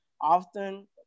often